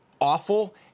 awful